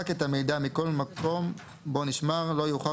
וימחק את המידע מכל מקום בו נשמר לא יאוחר